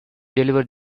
deliver